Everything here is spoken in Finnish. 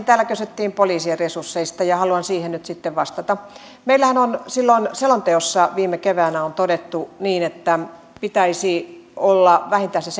täällä kysyttiin poliisien resursseista ja haluan siihen nyt sitten vastata meillähän on silloin selonteossa viime keväänä todettu että pitäisi olla vähintään se